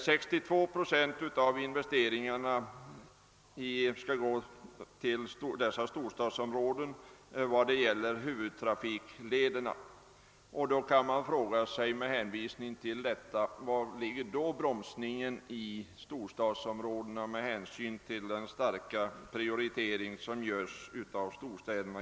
62 procent av investeringarna skall gå till dessa storstadsområden då det gäller huvudtrafiklederna, och då kan man fråga sig hur det förhåller sig med bromsningen i storstadsområdena; det görs ju en stark prioritering av storstäderna.